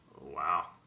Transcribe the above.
Wow